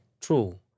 true